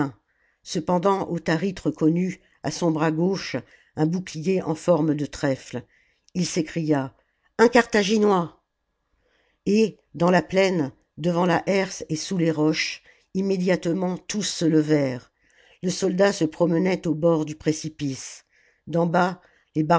cependant autharite reconnut à son bras gauche un bouclier en forme de trèfle il s'écria un carthaginois et dans la plaine devant la herse et sous les roches immédiatement tous se levèrent le soldat se promenait au bord du précipice d'en bas